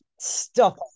Stop